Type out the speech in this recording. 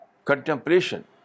contemplation